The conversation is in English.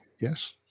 Yes